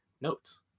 notes